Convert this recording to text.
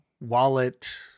wallet